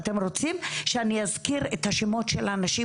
אתם רוצים שאני אזכיר את השמות של הנשים